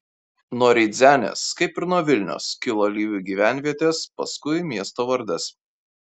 nuo rydzenės kaip ir nuo vilnios kilo lyvių gyvenvietės paskui miesto vardas